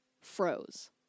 froze